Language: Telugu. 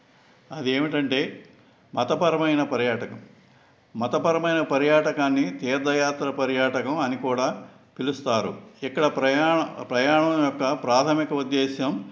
అది ఏంటంటే మతపరమైన పర్యాటకం మతపరమైన పర్యాటకాన్ని తీర్థయాత్ర పర్యాటకం అని కూడా పిలుస్తారు ఇక్కడ ప్రయాణ ప్రయాణం యొక్క ప్రాధమిక ఉద్దేశం